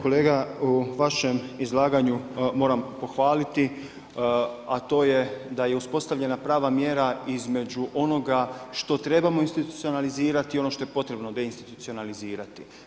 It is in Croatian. Kolega u vašem izlaganju moram pohvaliti, a to je da je uspostavljena prava mjera između onoga što trebamo institucionalizirati i ono što je potrebno deinstitucionalizirati.